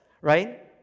right